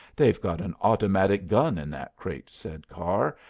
they've got an automatic gun in that crate, said carr,